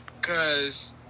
Cause